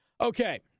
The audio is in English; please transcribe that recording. Okay